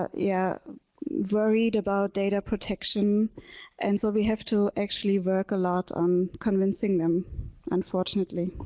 ah yeah worried about data protection and so we have to actually work a lot on convincing them unfortunately